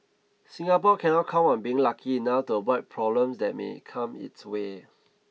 Singapore cannot count on being lucky enough to avoid problems that may come its way